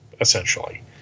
essentially